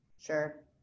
Sure